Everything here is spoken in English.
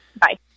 Bye